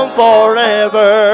forever